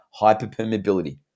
hyperpermeability